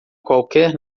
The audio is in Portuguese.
qualquer